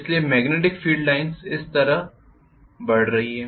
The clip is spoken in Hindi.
इसलिए मेग्नेटिक फील्ड लाइन्स इस तरह रही है